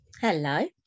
Hello